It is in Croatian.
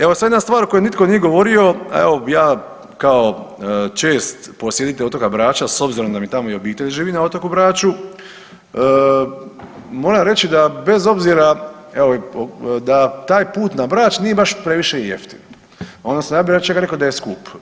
Evo sad jedna stvar o kojoj nitko nije govorio, evo ja kao čest posjetitelj otoka Brača s obzirom da mi tamo i obitelj živi na otoku Braču, moram reći da bez obzira da taj put na Brač nije baš previše jeftin odnosno ja bih rekao čak da je skup.